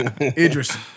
Idris